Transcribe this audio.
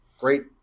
Great